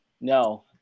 No